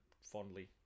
fondly